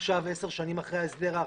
עכשיו 10 שנים אחרי ההסדר האחרון,